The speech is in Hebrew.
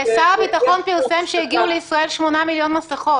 שר הביטחון פרסם שהגיעו לישראל 8 מיליון מסכות.